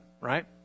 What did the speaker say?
right